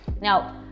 now